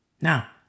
Now